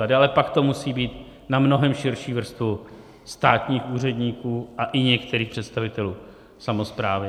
A dále pak to musí být na mnohem širší vrstvu státních úředníků a i některých představitelů samosprávy.